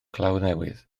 clawddnewydd